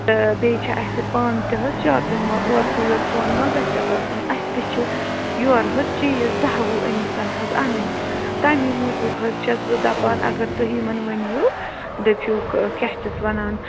تہٕ بیٚیہِ چھِ اَسہِ پانہٕ تہِ حظ شاپِنٛگ وۄنۍ اورکُے یوٚت سۄن ما گژھس آسُن اَسہِ تہِ چھِ یورٕ حظ چیٖز دَہ وُہ أمِس حظ انٕنۍ تَمی موٗجوٗب حظ چھَس بہٕ دپان اگر تُہۍ یِمن ؤنۍہیٖو دٔپۍہوٗکھ کیٛاہ چھِس ونان